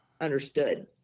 understood